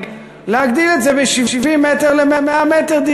להגדיל את זה מדירה של 70 מ"ר ל-100 מ"ר,